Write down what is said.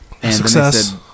Success